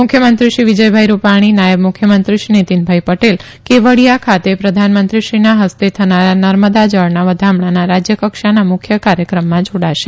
મુખ્યમંત્રી શ્રી વિજયભાઈ રૂપાણી નાયબ મુખ્ય મંત્રી શ્રી નીતિનભાઈ ટેલ કેવડીયા ખાતે પ્રધાનમંત્રીશ્રીના હસ્તે થનારા નર્મદા જળ વધામણાના રાજ્ય કક્ષાના મુખ્ય કાર્યક્રમમાં જોડાશે